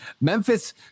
Memphis